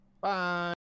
Bye